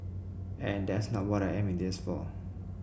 and that's not what I am in this for